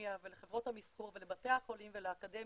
ולאקדמיה ולחברות המסחור ולבתי החולים ולאקדמיה,